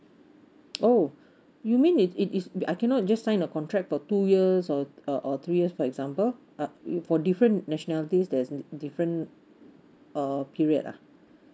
oh you mean it it is I cannot just sign a contract for two years or uh uh or two years for example uh you for different nationalities there's a different uh period ah